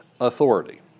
authority